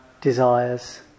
desires